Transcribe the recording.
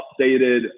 updated